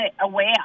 aware